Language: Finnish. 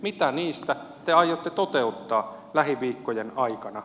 mitä niistä te aiotte toteuttaa lähiviikkojen aikana